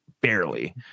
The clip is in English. barely